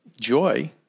joy